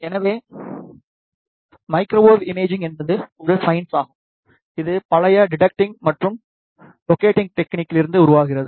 எனவே microwave imaging என்பது ஒரு சைன்ஸ் ஆகும் இது பழைய டிடெக்ட்டிங் மற்றும் லோகேட்டிங் டெக்னீக்லிருந்து உருவாகிறது